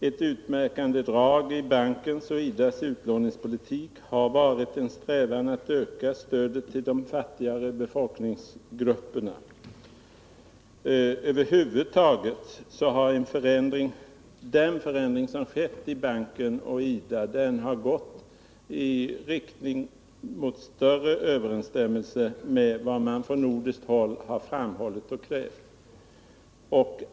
Ett utmärkande drag i Världsbankens och IDA:s utlåningspolitik har varit en strävan att öka stödet till de fattigare befolkningsgrupperna. Över huvud taget har den förändring som skett i banken och i IDA gått i riktning mot större överensstämmelse med vad man från nordiskt håll har krävt.